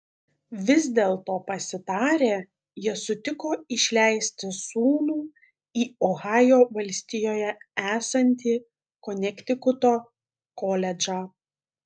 vis dėlto pasitarę jie sutiko išleisti sūnų į ohajo valstijoje esantį konektikuto koledžą